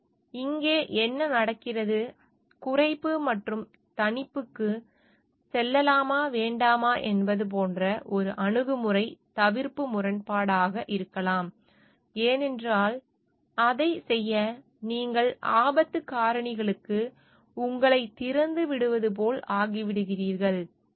ஆனால் இங்கே என்ன நடக்கிறது குறைப்பு மற்றும் தணிப்புக்கு செல்லலாமா வேண்டாமா என்பது போன்ற ஒரு அணுகுமுறை தவிர்ப்பு முரண்பாடாக இருக்கலாம் ஏனென்றால் அதைச் செய்ய நீங்கள் ஆபத்து காரணிகளுக்கு உங்களைத் திறந்து விடுவது போல் ஆகிவிடுகிறீர்கள்